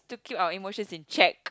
should our emotions in checked